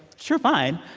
sure. fine.